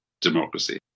democracy